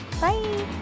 Bye